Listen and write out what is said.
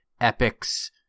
Epic's